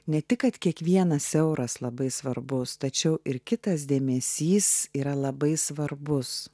ne tik kad kiekvienas euras labai svarbus tačiau ir kitas dėmesys yra labai svarbus